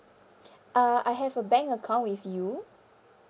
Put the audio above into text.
uh I have a bank account with you